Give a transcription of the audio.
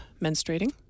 menstruating